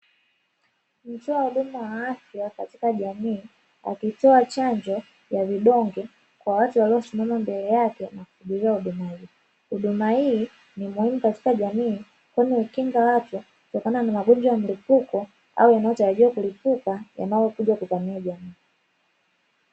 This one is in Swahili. Mtoa huduma ya afya katika jamii, akitoa chanjo ya vidonge kwa watu waliosimama mbele yake na kusubiri huduma hiyo. Huduma hii ni muhimu katika jamii, kwani hukinga watu kutokana na magonjwa ya mlipuko au yanayotarajiwa kulipuka, yanayokuja kuvamia jamii.